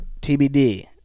TBD